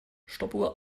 stoppuhr